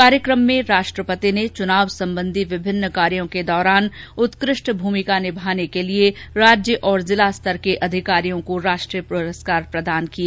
कार्यक्रम में राष्ट्रपति ने चुनाव संबंधी विभिन्न कार्यों के दौरान उत्कृष्ट भूमिका निभाने के लिए राज्य और जिला स्तर के अधिकारियों को राष्ट्रीय पुरस्कार प्रदान किए